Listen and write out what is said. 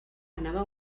anava